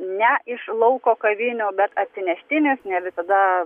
ne iš lauko kavinių bet atsineštinis ne visada